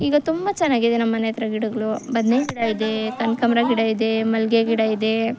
ಈಗ ತುಂಬ ಚೆನ್ನಾಗಿದೆ ನಮ್ಮನೆ ಹತ್ರ ಗಿಡಗಳು ಬದನೇ ಗಿಡ ಇದೆ ಕನ್ಕಾಂಬ್ರ ಗಿಡ ಇದೆ ಮಲ್ಲಿಗೆ ಗಿಡ ಇದೆ